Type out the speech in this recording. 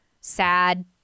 sad